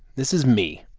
this is me,